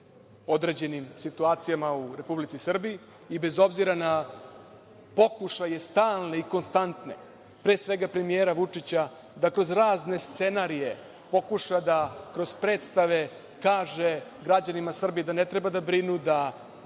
određenim situacijama u Republici Srbiji i bez obzira na pokušaje stalne i konstantne, pre svega, premijera Vučića, da kroz razne scenarije pokuša, da kroz predstave kaže građanima Srbije da ne treba da brinu, da se